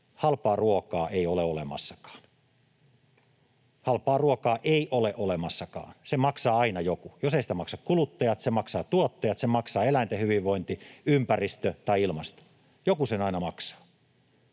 halpaa ruokaa ei ole olemassakaan — halpaa ruokaa ei ole olemassakaan. Sen maksaa aina joku: Jos ei sitä maksa kuluttajat, sen maksavat tuottajat, sen maksaa eläinten hyvinvointi, ympäristö tai ilmasto. Joku sen aina maksaa,